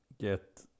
get